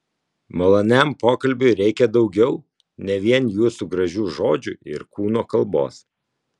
maloniam pokalbiui reikia daugiau ne vien jūsų gražių žodžių ir kūno kalbos